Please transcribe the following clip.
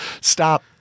Stop